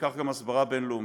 וכך גם הסברה בין-לאומית.